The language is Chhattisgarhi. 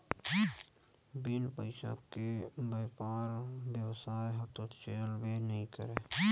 बिन पइसा के बइपार बेवसाय ह तो चलबे नइ करय